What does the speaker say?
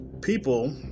people